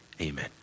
Amen